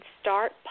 start